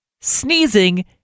sneezing